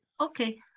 okay